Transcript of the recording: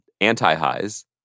anti-highs